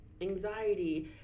anxiety